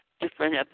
different